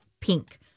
pink